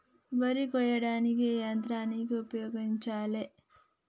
వరి కొయ్యడానికి ఏ యంత్రాన్ని ఉపయోగించాలే?